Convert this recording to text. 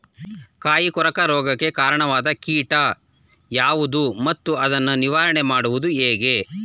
ಕಾಯಿ ಕೊರಕ ರೋಗಕ್ಕೆ ಕಾರಣವಾದ ಕೀಟ ಯಾವುದು ಮತ್ತು ಅದನ್ನು ನಿವಾರಣೆ ಮಾಡುವುದು ಹೇಗೆ?